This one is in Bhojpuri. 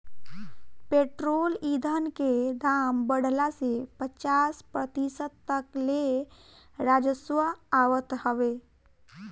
पेट्रोल ईधन के दाम बढ़ला से पचास प्रतिशत तक ले राजस्व आवत हवे